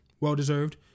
Well-deserved